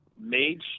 made